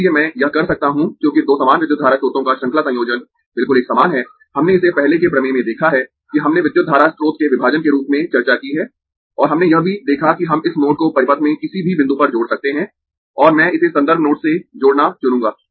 इसलिए मैं यह कर सकता हूं क्योंकि दो समान विद्युत धारा स्रोतों का श्रृंखला संयोजन बिल्कुल एक समान है हमने इसे पहले के प्रमेय में देखा है कि हमने विद्युत धारा स्रोत के विभाजन के रूप में चर्चा की है और हमने यह भी देखा कि हम इस नोड को परिपथ में किसी भी बिंदु पर जोड़ सकते है और मैं इसे संदर्भ नोड से जोड़ना चुनूंगा